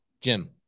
Jim